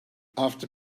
after